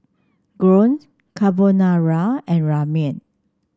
Gyros Carbonara and Ramen